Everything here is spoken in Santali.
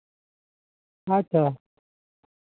ᱟᱪᱪᱷᱟ